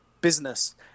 business